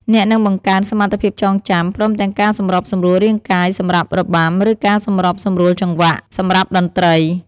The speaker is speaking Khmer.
អ្នកនឹងបង្កើនសមត្ថភាពចងចាំ ព្រមទាំងការសម្របសម្រួលរាងកាយ សម្រាប់របាំ ឬការសម្របសម្រួលចង្វាក់ សម្រាប់តន្ត្រី។